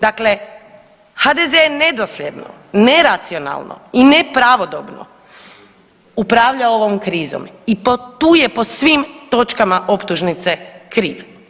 Dakle, HDZ je nedosljedno, neracionalno i nepravodobno upravljao ovom krizom i tu je po svim točkama optužnice kriv.